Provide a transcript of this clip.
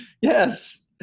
yes